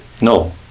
No